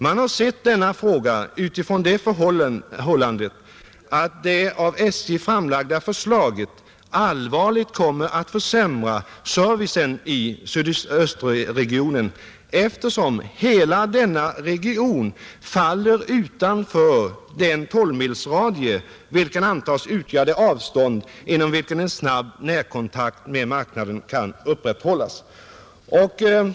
Man har bedömt frågan utifrån det förhållandet att det av SJ framlagda förslaget allvarligt kommer att försämra servicen i sydöstregionen, eftersom hela denna region faller utanför den tolvmilsradie, vilken antas utgöra det avstånd inom vilket en snabb närkontakt med marknaden kan upprätthållas.